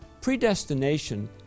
Predestination